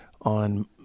on